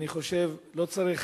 אני חושב שלא צריך